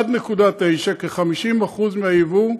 1.9%, כ-50% מהיבוא,